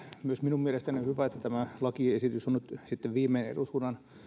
myös minun mielestäni on hyvä että tämä lakiesitys on nyt sitten viimein eduskunnan